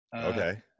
Okay